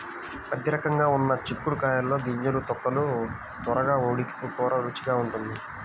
మధ్యరకంగా ఉన్న చిక్కుడు కాయల్లో గింజలు, తొక్కలు త్వరగా ఉడికి కూర రుచిగా ఉంటుంది